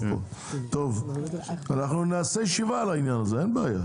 יכול להיות שאנחנו נמצאים ערב עימות, לא עלינו.